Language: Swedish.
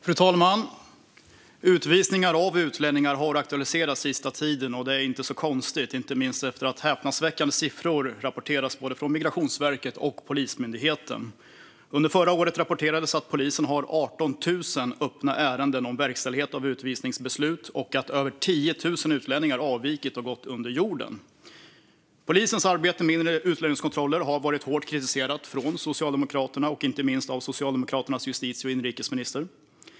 Fru talman! Utvisningar av utlänningar har aktualiserats den senaste tiden. Det är inte så konstigt, inte minst efter att häpnadsväckande siffror rapporterats både från Migrationsverket och från Polismyndigheten. Under förra året rapporterades att polisen hade 18 000 öppna ärenden om verkställighet av utvisningsbeslut och att över 10 000 utlänningar avvikit och gått under jorden. Polisens arbete med inre utlänningskontroller har varit hårt kritiserat från Socialdemokraterna och inte minst av Socialdemokraternas justitie och inrikesminister.